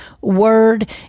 word